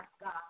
God